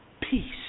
Peace